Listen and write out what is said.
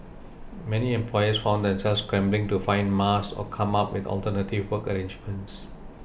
many employers found themselves scrambling to find mask or come up with alternative work arrangements